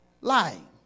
lying